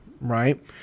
right